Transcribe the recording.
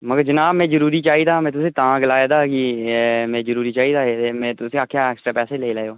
मगर जनाब में जरूरी चाहिदा हा में तुसें ई तां गलाए दा हा कि में जरूरी चाहिदा एह् ते में तुसें ई आखेआ हा ऐक्सट्रा पैसे लेई लैएओ